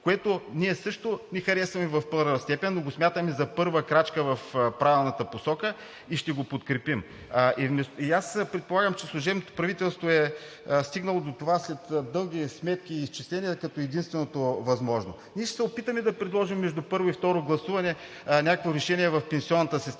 което ние също не харесваме в първа степен, но го смятаме за първа крачка в правилната посока и ще го подкрепим. И аз предполагам, че служебното правителство е стигнало до това след дълги сметки и изчисления, като единственото възможно. Ние ще се опитаме да предложим между първо и второ гласуване някакво решение в пенсионната система